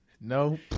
No